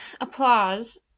applause